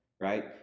right